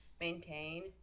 maintain